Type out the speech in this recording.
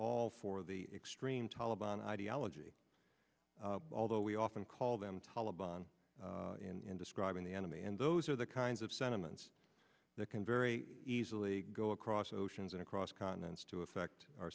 all for the extreme taliban ideology although we often call them taleban in describing the enemy and those are the kinds of sentiments that can very easily go across oceans and across continents to affect our